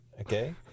Okay